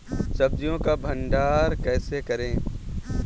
सब्जियों का भंडारण कैसे करें?